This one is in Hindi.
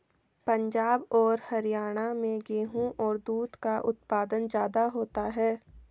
पंजाब और हरयाणा में गेहू और दूध का उत्पादन ज्यादा होता है